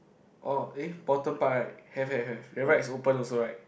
oh eh bottom part right have have have then right is open also right